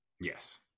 Yes